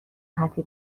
حرفی